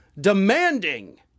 demanding